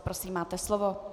Prosím, máte slovo.